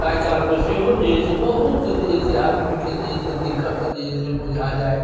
ताहि कालमे सेहो जे है से बहुत जे है से आदमीके जे है से दिक्कत जे है से बुझा जाइ